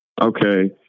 Okay